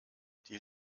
die